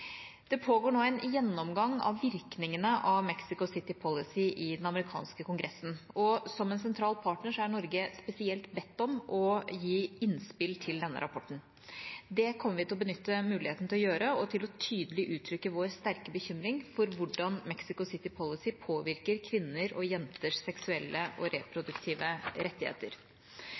Det pågår nå en gjennomgang av virkningene av Mexico City Policy i den amerikanske kongressen, og som en sentral partner er Norge spesielt bedt om å gi innspill til denne rapporten. Det kommer vi til å benytte muligheten til å gjøre og til tydelig å uttrykke vår sterke bekymring for hvordan Mexico City Policy påvirker kvinners og jenters seksuelle og reproduktive rettigheter.